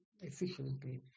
efficiently